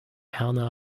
erna